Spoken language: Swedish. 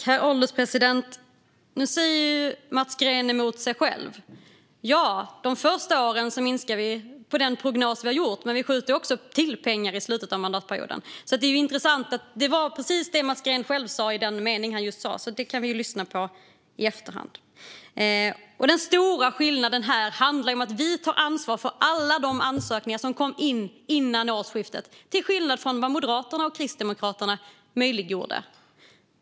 Herr ålderspresident! Nu säger Mats Green emot sig själv. Ja, de första åren minskar vi på den prognos vi har gjort, men vi skjuter också till pengar i slutet av mandatperioden. Det var precis detta Mats Green själv just sa - det kan vi ju lyssna på i efterhand. Den stora skillnaden här handlar om att vi tar ansvar för alla de ansökningar som kom in före årsskiftet, till skillnad från vad Moderaterna och Kristdemokraterna möjliggjorde.